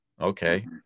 Okay